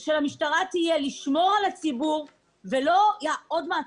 של המשטרה צריכה להיות לשמור על הציבור ולא עוד מעצר,